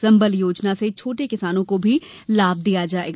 संबल योजना से छोटे किसानों को भी लाभ दिया जायेगा